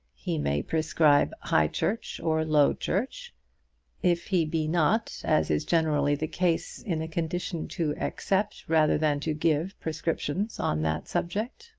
he may prescribe high church or low church if he be not, as is generally the case, in a condition to accept, rather than to give, prescriptions on that subject.